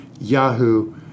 Yahoo